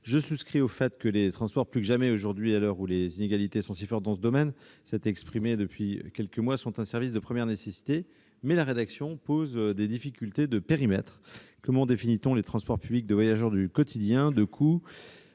Je souscris au fait que les transports, plus que jamais aujourd'hui, à l'heure où les inégalités sont si fortes dans ce domaine, comme cela s'est exprimé depuis quelques mois, sont un service de première nécessité. Néanmoins, la rédaction pose des difficultés de périmètre- comment définit-on les transports publics de voyageurs du quotidien ?-, de coût